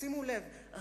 שימו לב,